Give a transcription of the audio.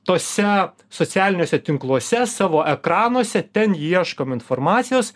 tuose socialiniuose tinkluose savo ekranuose ten ieškom informacijos